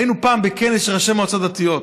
היינו פעם בכנס של ראשי מועצות דתיות.